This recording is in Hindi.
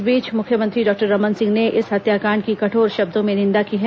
इस बीच मुख्यमंत्री डॉक्टर रमन सिंह ने इस हत्याकांड की कठोर शब्दों में निंदा की है